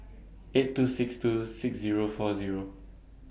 eight two six two six Zero four Zero